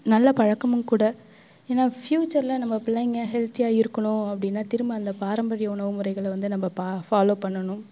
நல்ல பழக்கமும் கூட ஏன்னா ஃபியூச்சரில் நம்ம பிள்ளைங்க ஹெல்த்தியாக இருக்கணும் அப்படின்னா திரும்ப அந்த பாரம்பரிய உணவு முறைகளை வந்து நம்ம பா ஃபாலோ பண்ணணும்